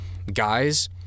guys